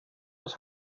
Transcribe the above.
was